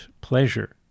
pleasure